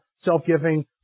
self-giving